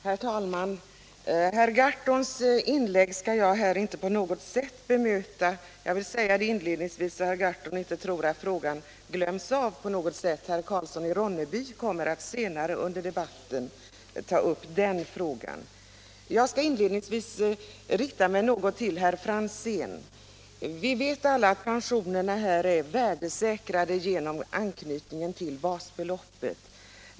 Herr talman! Herr Gahrtons inlägg skall jag här inte på något sätt bemöta. Jag vill säga det inledningsvis, så herr Gahrton inte tror att det glöms bort. Herr Karlsson i Ronneby kommer senare under debatten att ta upp den frågan. Jag skall inledningsvis rikta mig något till herr Franzén. Vi vet alla att pensionerna är värdesäkrade genom anknytningen till basbeloppet.